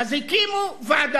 בתוך דוקטור,